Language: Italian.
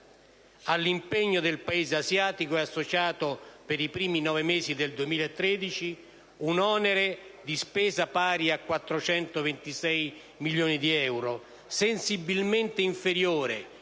All'impegno nel Paese asiatico è associato, per i primi nove mesi del 2013, un onere di spesa pari a circa 426 milioni di euro, sensibilmente inferiore